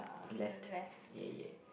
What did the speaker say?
at left ya ya